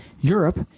Europe